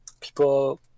people